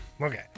okay